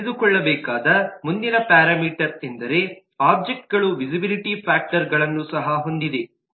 ನಾವು ತಿಳಿದುಕೊಳ್ಳಬೇಕಾದ ಮುಂದಿನ ಪ್ಯಾರಾಮೀಟರ್ ಎಂದರೆ ಒಬ್ಜೆಕ್ಟ್ಗಳು ವೀಸಿಬಿಲಿಟಿ ಫ್ಯಾಕ್ಟರ್ಗಳನ್ನು ಸಹ ಹೊಂದಿವೆ